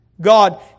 God